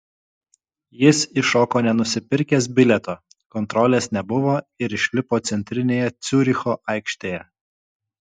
jis įšoko nenusipirkęs bilieto kontrolės nebuvo ir išlipo centrinėje ciuricho aikštėje